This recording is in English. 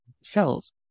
cells